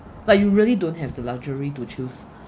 like you really don't have the luxury to choose